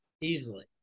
Easily